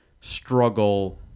struggle